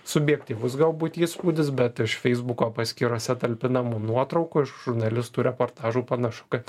subjektyvus galbūt įspūdis bet iš feisbuko paskyrose talpinamų nuotraukų iš žurnalistų reportažų panašu kad